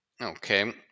okay